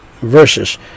verses